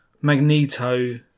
Magneto